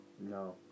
No